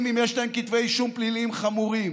אם יש להם כתבי אישום פליליים חמורים.